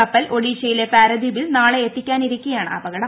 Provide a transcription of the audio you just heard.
കപ്പൽ ഒഡീഷയിലെ പാരദ്വീപിൽ നാളെ എത്താനിരിക്കെയാണ് അപകടം